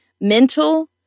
Mental